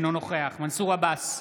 אינו נוכח מנסור עבאס,